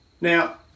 Now